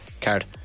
card